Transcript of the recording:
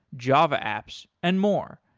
java apps and more.